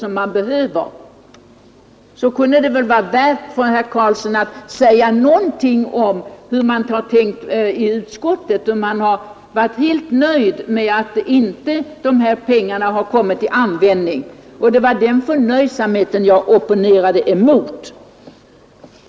Det hade legat nära till hands för herr Karlsson att säga något om hur man har tänkt i utskottet, om man har varit helt nöjd med att dessa pengar inte kommit till användning. Det var den förnöjsamheten jag opponerade emot.